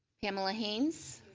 pamela haynes.